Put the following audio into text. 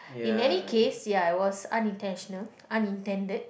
in any case ya it was unintentional unintended